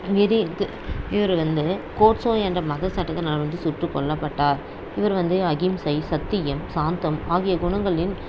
விதி இருக்கு இவர் வந்து கோட்சே என்ற மத சட்டத்தினால் வந்து சுட்டுக்கொல்லப்பட்டார் இவரு வந்து அகிம்சை சத்தியம் சாந்தம் ஆகிய குணங்களின்